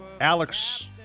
Alex